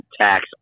tax